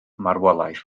marwolaeth